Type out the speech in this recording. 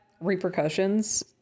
repercussions